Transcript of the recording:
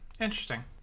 interesting